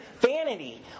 vanity